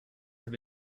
have